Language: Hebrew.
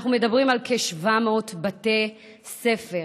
אנחנו מדברים על כ-700 בתי ספר.